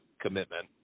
commitment